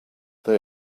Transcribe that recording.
they